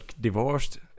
divorced